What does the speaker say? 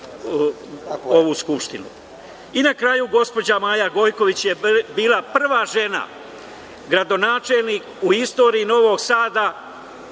ovu Skupštinu. Na kraju, gospođa Maja Gojković je bila prva žena gradonačelnik u istoriji Novog Sada